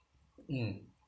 mm